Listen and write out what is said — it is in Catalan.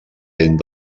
dent